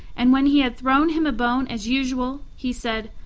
and when he had thrown him a bone as usual, he said,